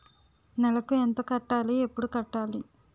నెలకు ఎంత కట్టాలి? ఎప్పుడు కట్టాలి?